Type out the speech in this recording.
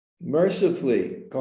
mercifully